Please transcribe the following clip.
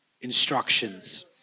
instructions